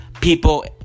people